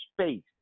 space